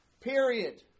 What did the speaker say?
period